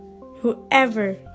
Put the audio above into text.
whoever